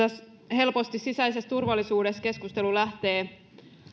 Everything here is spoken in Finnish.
helposti sisäisessä turvallisuudessa keskustelu lähtee